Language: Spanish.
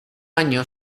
año